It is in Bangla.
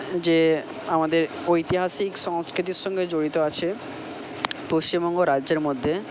যে আমাদের ঐতিহাসিক সংস্কৃতির সঙ্গে জড়িত আছে পশ্চিমবঙ্গ রাজ্যের মধ্যে